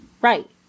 Right